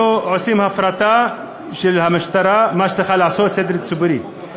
אנחנו עושים הפרטה של המשטרה, מה